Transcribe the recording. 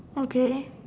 okay